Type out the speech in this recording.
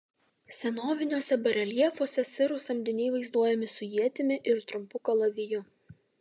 senoviniuose bareljefuose sirų samdiniai vaizduojami su ietimi ir trumpu kalaviju